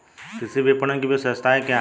कृषि विपणन की विशेषताएं क्या हैं?